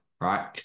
right